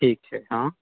ठीक छै हँ